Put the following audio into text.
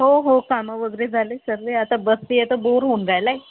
हो हो कामं वगैरे झाले सर्व आता बसते आहे तर बोर होऊन राहिलं आहे